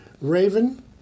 Raven